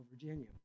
Virginia